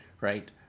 right